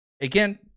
again